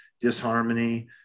disharmony